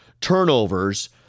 turnovers